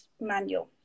manual